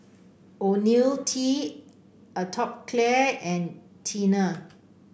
IoniL T Atopiclair and Tena